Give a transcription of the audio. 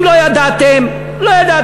אם לא ידעתם, לא ידעתם.